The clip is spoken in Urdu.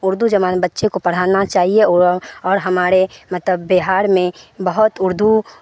اردو زبان بچے کو پڑھانا چاہیے اور اور ہمارے مطلب بہار میں بہت اردو